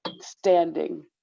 standing